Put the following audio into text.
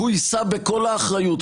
הוא יישא בכל האחריות,